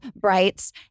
brights